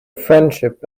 friendship